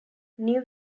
new